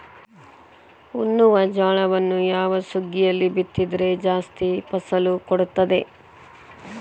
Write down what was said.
ಉಣ್ಣುವ ಜೋಳವನ್ನು ಯಾವ ಸುಗ್ಗಿಯಲ್ಲಿ ಬಿತ್ತಿದರೆ ಜಾಸ್ತಿ ಫಸಲು ಬರುತ್ತದೆ?